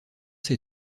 ses